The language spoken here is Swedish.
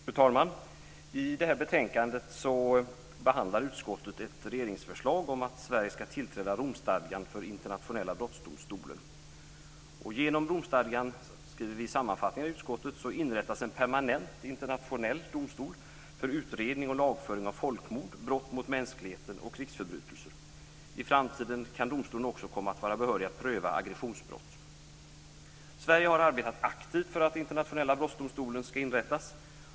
Fru talman! I detta betänkande behandlar utskottet ett regeringsförslag om att Sverige ska tillträda Romstadgan för Internationella brottmålsdomstolen. Genom Romstadgan, skriver utskottet i sammanfattningen, inrättas en permanent internationell domstol för utredning och lagföring av folkmord, brott mot mänskligheten och krigsförbrytelser. I framtiden kan domstolen också komma att vara behörig att pröva aggressionsbrott. Sverige har arbetat aktivt för att Internationella brottmålsdomstolen ska inrättas.